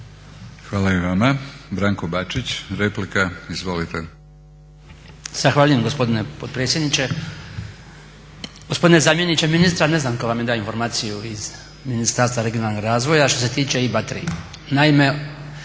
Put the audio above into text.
Hvala i vama. Branko Bačić replika. Izvolite.